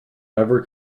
never